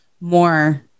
more